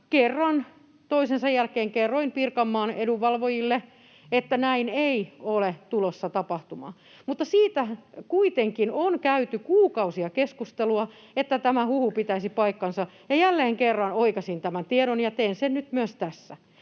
kerroin Pirkanmaan edunvalvojille, että näin ei ole tulossa tapahtumaan. Mutta siitä kuitenkin on käyty kuukausia keskustelua, että tämä huhu pitäisi paikkansa, ja jälleen kerran oikaisin tämän tiedon ja teen sen nyt myös tässä: